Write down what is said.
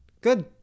good